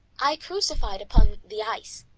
i crucified upon the ice,